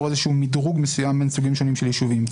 איזשהו מדרוג מסוים בין סוגים שונים של יישובים.